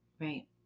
Right